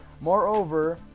moreover